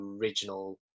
original